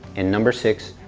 and number six,